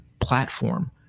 platform